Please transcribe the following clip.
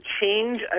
change